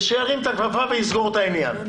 שירים את הכפפה ויסגור את העניין.